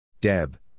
Deb